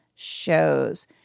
shows